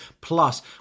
Plus